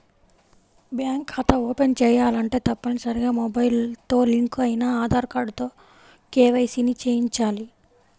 bank ఖాతా open చేయాలంటే తప్పనిసరిగా మొబైల్ తో లింక్ అయిన ఆధార్ కార్డుతో కేవైసీ ని చేయించాలి